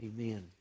Amen